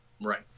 Right